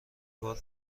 بار